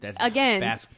Again